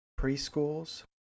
preschools